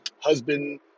husband